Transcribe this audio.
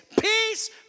peace